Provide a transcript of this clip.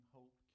Hope